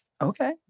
Okay